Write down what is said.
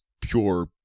pure